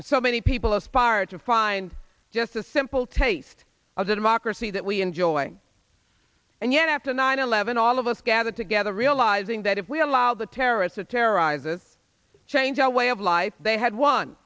and so many people aspire to find just a simple taste of the democracy that we enjoy and yet after nine eleven all of us gathered together realizing that if we allow the terrorists a terrorizes change our way of life they had one